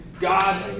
God